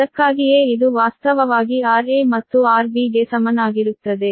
ಅದಕ್ಕಾಗಿಯೇ ಇದು ವಾಸ್ತವವಾಗಿ rA ಮತ್ತು rB ಗೆ ಸಮನಾಗಿರುತ್ತದೆ